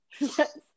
Yes